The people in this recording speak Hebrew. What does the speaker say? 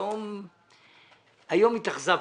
היום התאכזבתי,